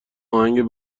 آهنگ